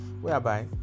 whereby